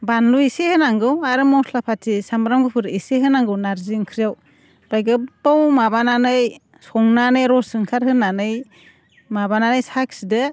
बानलु एसे होनांगौ आरो मस्ला फाथि सामब्राम गुफुर एसे होनांगौ नारजि ओंख्रियाव ओमफ्राय गोबाव माबानानै संनानै रस ओंखारहोनानै माबानानै साखिदो